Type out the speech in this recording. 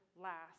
last